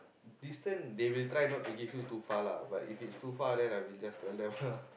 distance they will try not to give you too far lah but if it's too far then I will just tell them